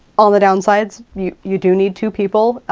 on the downsides, you you do need two people.